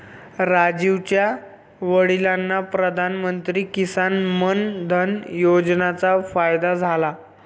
राजीवच्या वडिलांना प्रधानमंत्री किसान मान धन योजनेचा फायदा झाला